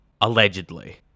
Allegedly